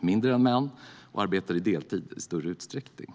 mindre än män och arbetar deltid i större utsträckning.